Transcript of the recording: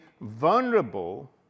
vulnerable